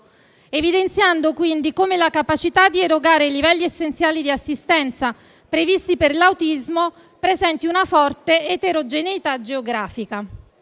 evidenziando quindi come la capacità di erogare i livelli essenziali di assistenza previsti per l'autismo presenta una forte eterogeneità geografica.